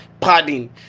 padding